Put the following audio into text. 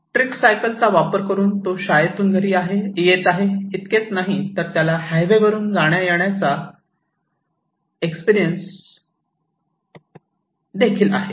tricycle चा वापर करून तो शाळेतून घरी येत आहे इतकेच नाही तर त्याला हायवे वरून जाण्याचा येण्याचा एक्सपिरीयन्स देखील आहे